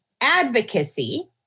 advocacy